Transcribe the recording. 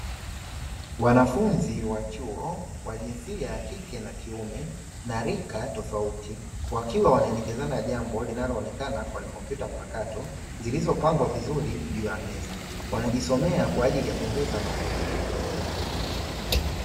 Wanafunzi wa chuo wa jinsia ya kike na kiume na rika tofauti, wakiwa wanaelekezana jambo linaloonekana kwenye kompyuta mpakato zilizopangwa vizuri juu ya meza. Wanajisomea kwa ajili ya kuongeza maarifa.